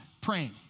praying